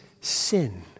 sin